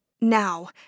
Now